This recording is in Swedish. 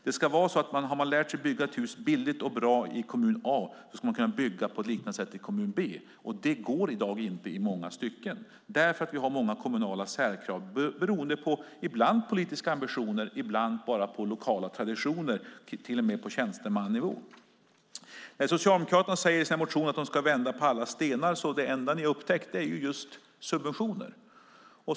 Har man lärt sig att bygga ett hus billigt och bra i kommun A ska man kunna bygga på liknande sätt i kommun B. Det går i dag inte i många stycken därför att vi har många olika särkrav beroende på ibland politiska ambitioner, ibland bara lokala traditioner, till och med på tjänstemannanivå. Socialdemokraterna säger i sin motion att de ska vända på alla stenar. Det enda de har upptäckt är just subventioner.